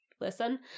listen